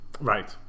Right